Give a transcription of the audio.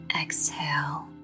Exhale